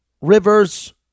Rivers